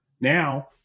Now